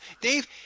Dave